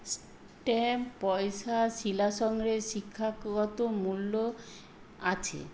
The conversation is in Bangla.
স্ট্যাম্প পয়সা শিলা সংগ্রহের শিক্ষাগত মূল্য আছে